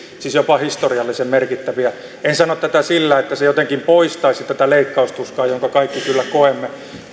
siis jopa historiallisen merkittäviä en sano tätä sillä että se jotenkin poistaisi tätä leikkaustuskaa jota kaikki kyllä koemme